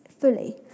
fully